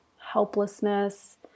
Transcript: helplessness